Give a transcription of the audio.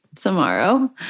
tomorrow